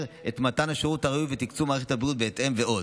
את מתן השירות הראוי ותקצוב מערכת הבריאות בהתאם ועוד.